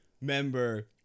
member